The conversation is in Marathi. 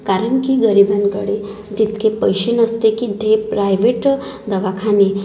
कारण की गरिबांकडे तितके पैसे नसते की ते प्रायव्हेट दवाखाने